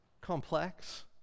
complex